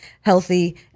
healthy